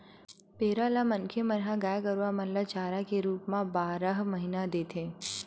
पेरा ल मनखे मन ह गाय गरुवा मन ल चारा के रुप म बारह महिना देथे